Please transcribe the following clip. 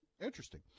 Interesting